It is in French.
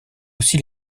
aussi